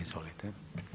Izvolite.